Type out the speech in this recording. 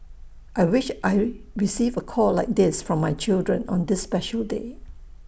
I wish I receive A call like this from my children on this special day